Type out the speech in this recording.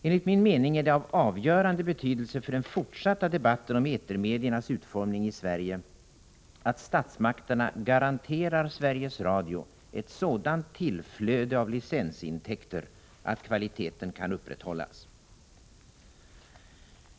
Enligt min mening är det av avgörande betydelse för den fortsatta debatten om etermediernas utformning i Sverige att statsmakterna garanterar Sveriges Radio ett sådant tillflöde av licensintäkter att kvaliteten kan upprätthållas.